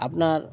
ᱟᱯᱱᱟᱨ